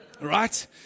Right